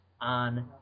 on